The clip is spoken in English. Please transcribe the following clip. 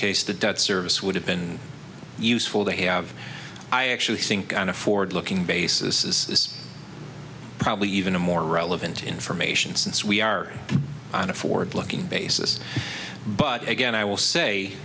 case the debt service would have been useful to have i actually think on a forward looking basis is probably even a more relevant information since we are on a forward looking basis but again i will say